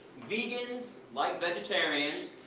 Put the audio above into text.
vegans, like vegetarians,